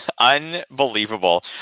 Unbelievable